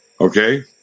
Okay